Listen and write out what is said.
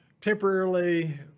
temporarily